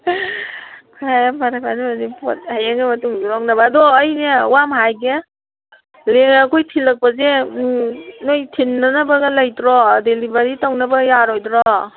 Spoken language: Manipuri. ꯐꯔꯦ ꯐꯔꯦ ꯐꯔꯦ ꯑꯗꯨ ꯑꯣꯏꯗꯤ ꯍꯌꯦꯡꯈꯩ ꯃꯇꯨꯡꯁꯨ ꯂꯧꯅꯕ ꯑꯗꯣ ꯑꯩꯅꯦ ꯋꯥ ꯑꯃ ꯍꯥꯏꯒꯦ ꯅꯣꯏꯅ ꯑꯩꯈꯣꯏ ꯊꯤꯂꯛꯄꯁꯦ ꯅꯣꯏ ꯊꯤꯟꯅꯅꯕꯒ ꯂꯩꯇ꯭ꯔꯣ ꯗꯦꯂꯤꯚꯔꯤ ꯇꯧꯅꯕꯒ ꯌꯥꯔꯣꯏꯗ꯭ꯔꯣ